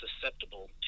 susceptible